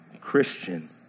Christian